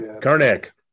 Karnak